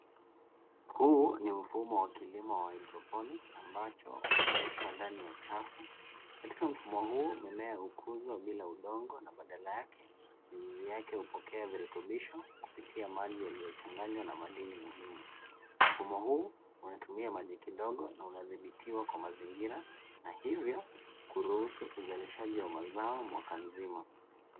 Huu ni mfumo wa kilimo wa Hydroponic ambacho huendeshwa ndani ya chafu. Katika mfumo huu mimea hukuzwa bila udongo na badala yake mizizi yake hupokea virutubisho kupitia maji yaliyochanganywa na madini muhimu. Mfumo huu unatumia maji kidogo na unadhibitiwa kwa mazingira na ivyo kuruhusu uzalishaji wa mazao mwaka nzima.